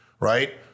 Right